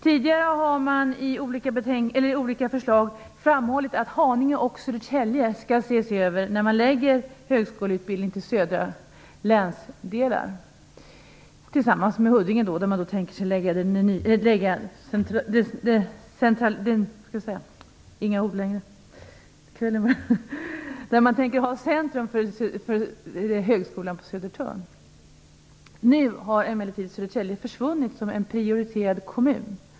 Tidigare har man i olika förslag framhållit att Haninge och Södertälje skall ses över när man förlägger högskoleutbildning till södra länsdelen, tillsammans med Huddinge där man tänker ha centrum för högskolan på Södertörn. Nu har emellertid Södertälje försvunnit som en prioriterad kommun.